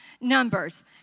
Numbers